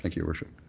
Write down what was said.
like your worship.